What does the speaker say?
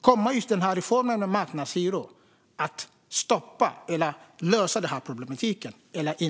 Kommer den här reformen för marknadshyror att stoppa eller lösa problematiken?